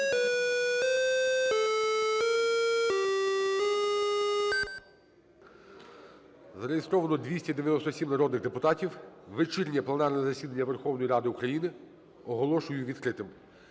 Зареєстровано 297 народних депутатів. Вечірнє пленарне засідання Верховної Ради України оголошую відкритим.